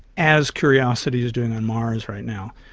as curiosity is doing on mars right now.